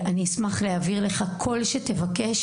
אני אשמח להעביר לך כל שתבקש.